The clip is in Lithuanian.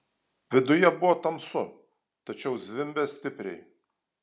viduje buvo tamsu tačiau zvimbė stipriai